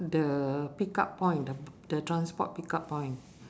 the pick up point the the transport pick up point